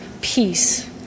peace